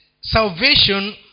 salvation